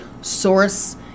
Source